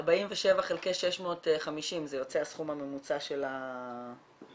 47 חלקי 650 זה יוצא הסכום הממוצע למטופל?